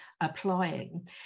applying